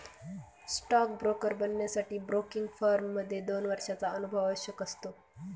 stock broker बनण्यासाठी broking firm मध्ये दोन वर्षांचा अनुभव आवश्यक असतो